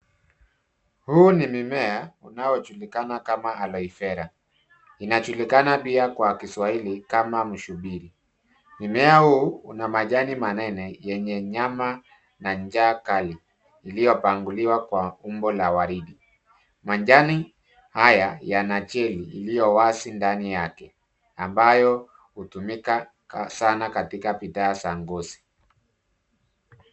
Huu ni mimea unaojulikana kama Aloe Vera . Inajulikana pia kwa Kiswahili kama mshubiri. Mmea huu una majani manene yenye nyama na njaa kali iliyopanguliwa kwa umbo la waridi. Majani haya yana jeli iliyo wazi ndani yake ambayo hutumika sana katika bidhaa za ngozi.